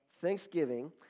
thanksgiving